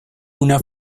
una